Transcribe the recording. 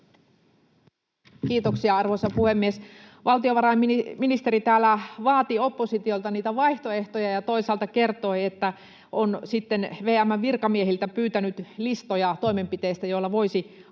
Kiitoksia, arvoisa puhemies! Valtiovarainministeri täällä vaati oppositiolta vaihtoehtoja ja toisaalta kertoi, että on sitten VM:n virkamiehiltä pyytänyt listoja toimenpiteistä, joilla voisi auttaa